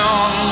on